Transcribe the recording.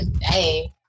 Hey